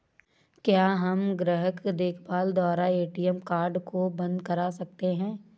क्या हम ग्राहक देखभाल द्वारा ए.टी.एम कार्ड को बंद करा सकते हैं?